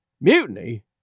Mutiny